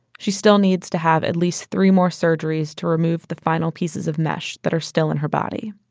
she still needs to have at least three more surgeries to remove the final pieces of mesh that are still in her body